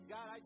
God